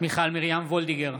מיכל מרים וולדיגר,